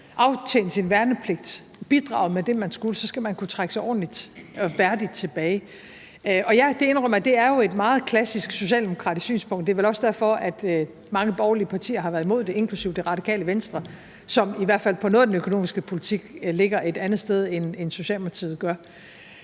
aftjent sin værnepligt, bidraget med det, man skulle, skal man kunne trække sig ordentligt og værdigt tilbage. Og ja, det er jo – det indrømmer jeg – et meget klassisk socialdemokratisk synspunkt. Det er vel også derfor, at mange borgerlige partier har været imod det, inklusive Radikale Venstre, som i hvert fald på noget af den økonomiske politik ligger et andet sted, end Socialdemokratiet gør.